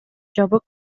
жабык